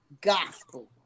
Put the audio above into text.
gospel